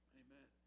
amen